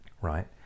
right